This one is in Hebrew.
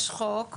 יש חוק,